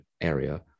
area